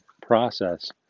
process